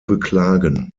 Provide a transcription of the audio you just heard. beklagen